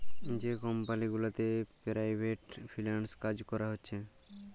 যে কমপালি গুলাতে private freelance কাজ ক্যরা হছে